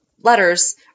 letters